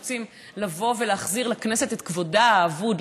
כשרוצים לבוא ולהחזיר לכנסת את כבודה האבוד,